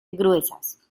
gruesas